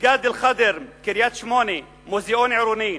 מסגד אל-ח'אלצה בקריית-שמונה, מוזיאון עירוני,